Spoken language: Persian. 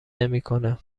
نمیکنه